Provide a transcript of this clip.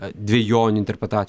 dvejonių interpretacijų